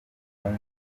wumva